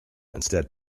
instead